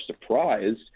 surprised